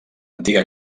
antiga